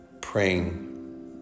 praying